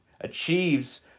achieves